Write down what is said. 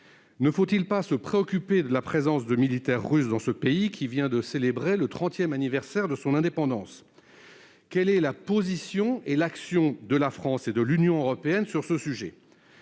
Ne faut-il pas se préoccuper de la présence de militaires russes dans ce pays, qui vient de célébrer le trentième anniversaire de son indépendance ? Quelles sont la position et l'action de la France et de l'Union européenne sur ce sujet ?